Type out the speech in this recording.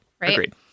Agreed